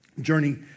Journey